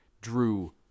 drew